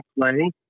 play